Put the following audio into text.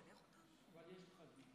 יש לך זמן.